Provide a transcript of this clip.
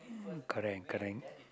correct correct